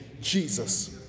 Jesus